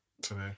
today